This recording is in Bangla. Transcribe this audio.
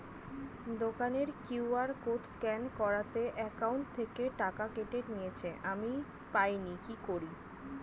দোকানের কিউ.আর কোড স্ক্যান করাতে অ্যাকাউন্ট থেকে টাকা কেটে নিয়েছে, আমি পাইনি কি করি?